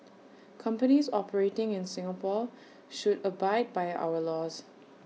companies operating in Singapore should abide by our laws